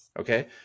Okay